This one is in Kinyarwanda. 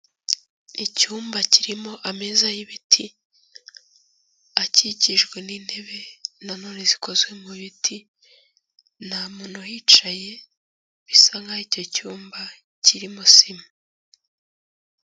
Icyumba kirimo ameza y'ibiti, akikijwe n'intebe na none zikozwe mu biti, nta muntu uhicaye, bisa nkaho icyo cyumba kirimo sima.